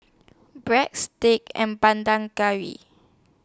Breadsticks and Ban Dan Curry